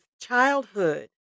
childhood